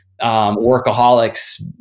workaholics